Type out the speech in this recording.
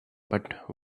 but